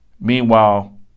Meanwhile